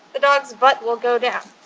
the dog's butt will go down.